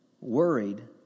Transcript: worried